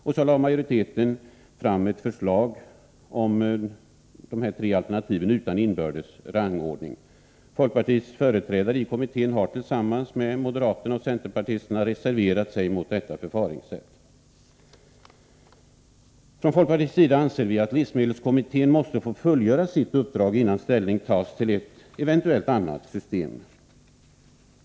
Majoriteten i kommittén har som sagt valt att lägga fram dessa tre alternativ utan inbördes rangordning. Folkpartiets företrädare i kommittén har tillsammans med moderaterna och centerpartisterna reserverat sig mot detta förfaringssätt. Från folkpartiets sida anser vi att livsmedelskommittén måste få fullgöra sitt uppdrag, innan ställning tas till ett eventuellt annat system.